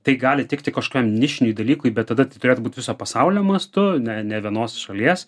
tai gali tikti kažkokiam nišiniui dalykui bet tada tai turėtų būti viso pasaulio mastu ne ne vienos šalies